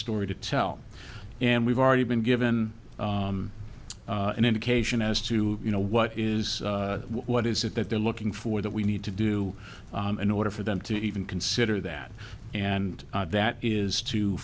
story to tell and we've already been given an indication as to you know what is what is it that they're looking for that we need to do in order for them to even consider that and that is t